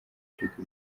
cy’uko